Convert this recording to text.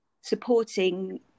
supporting